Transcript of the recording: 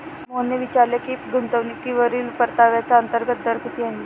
मोहनने विचारले की गुंतवणूकीवरील परताव्याचा अंतर्गत दर किती आहे?